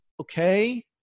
okay